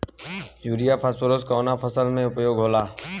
Urea phosphorus कवना फ़सल में उपयोग होला?